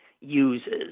uses